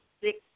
six